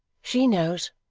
she knows